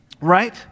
Right